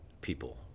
people